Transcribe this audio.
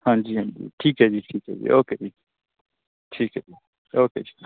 ਹਾਂਜੀ ਹਾਂਜੀ ਠੀਕ ਹੈ ਜੀ ਠੀਕ ਹੈ ਜੀ ਓਕੇ ਜੀ ਠੀਕ ਹੈ ਓਕੇ ਜੀ